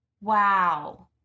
wow